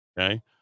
okay